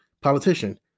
politician